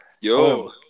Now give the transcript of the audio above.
Yo